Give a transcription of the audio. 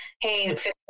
Hey